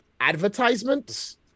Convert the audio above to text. advertisements